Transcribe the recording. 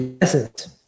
essence